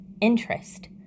interest